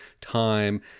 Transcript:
time